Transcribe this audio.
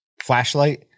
flashlight